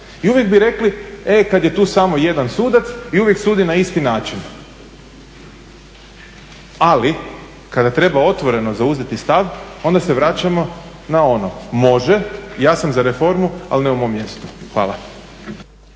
i uvijek bi rekli: "E kad je tu samo jedan sudac i uvijek sudi na isti način." Ali kada treba otvoreno zauzeti stav onda se vraćamo na ono, može ja sam za reformu, ali ne u mom mjestu. Hvala.